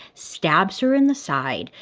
stabs her in the side,